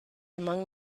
among